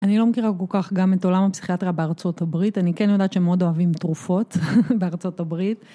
אני לא מכירה כל כך גם את עולם הפסיכיאטריה בארצות הברית, אני כן יודעת שהם מאוד אוהבים תרופות בארצות הברית.